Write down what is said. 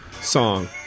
song